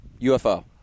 UFO